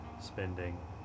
spending